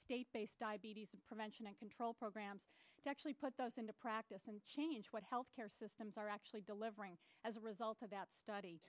state based diabetes prevention and control programs to actually put those into practice and change what health care systems are actually delivering as a result of that study